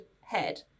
head